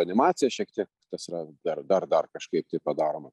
animacija šiek tiek tas yra dar dar dar kažkaip tai padaroma